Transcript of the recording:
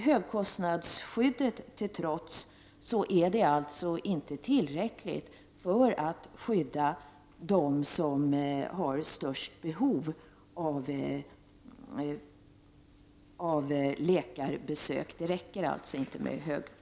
Högkostnadsskyddet är alltså inte tillräckligt för att skydda dem som har störst behov av läkarbesök.